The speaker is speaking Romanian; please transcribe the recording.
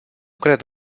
cred